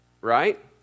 Right